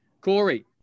Corey